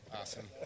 Awesome